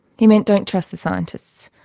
he meant don't trust the scientists,